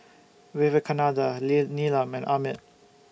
Vivekananda Lee Neelam and Amit